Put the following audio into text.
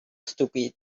stupid